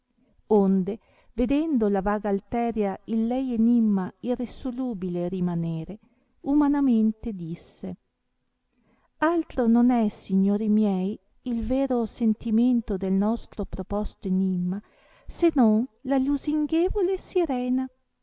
onde vedendo la vaga alteria il lei enimma irresolubile rimanere umanamente disse altro non è signori miei il vero sentimento del nostro proposto enimma se non la lusinghevole sirena